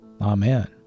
Amen